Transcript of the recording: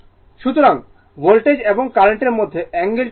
সুতরাং ভোল্টেজ এবং কারেন্টের মধ্যে অ্যাঙ্গেলটি কী